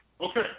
Okay